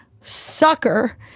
sucker